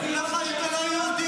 אף אחד לא אמר לך שאתה לא יהודי כמו,